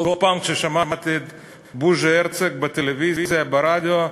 כל פעם ששמעתי את בוז'י הרצוג בטלוויזיה, ברדיו,